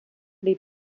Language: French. les